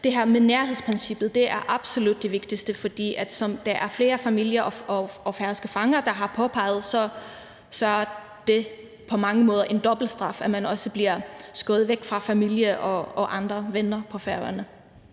det her med nærhedsprincippet er absolut det vigtigste, for som der er flere færøske familier og fanger, der har påpeget, så er det på mange måder en dobbeltstraf, altså ved at man også bliver afskåret fra familie og andre venner på Færøerne.